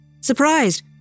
Surprised